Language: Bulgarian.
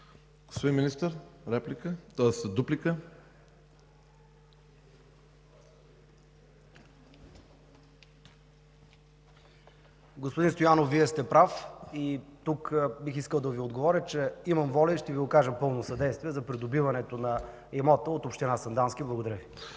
– дуплика. МИНИСТЪР НИКОЛАЙ НЕНЧЕВ: Господин Стоянов, Вие сте прав. Тук бих искал да Ви отговоря, че имам воля и ще Ви окажа пълно съдействие за придобиването на имота от община Сандански. Благодаря.